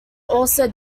also